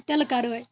تِلہٕ کَرٲے